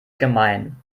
gemein